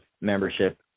membership